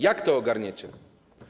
Jak to ogarniecie?